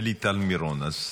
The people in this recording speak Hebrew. שלי טל מירון.